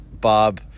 bob